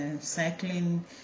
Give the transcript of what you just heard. cycling